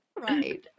right